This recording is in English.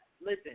listen